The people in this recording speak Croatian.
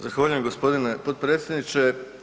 Zahvaljujem g. potpredsjedniče.